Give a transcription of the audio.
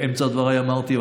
באמצע דבריי אמרתי,